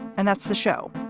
and that's the show.